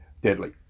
deadly